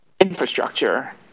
infrastructure